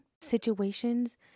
Situations